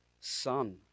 son